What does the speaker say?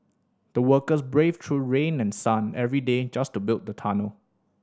the workers braved through sun and rain every day just to build the tunnel